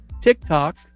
TikTok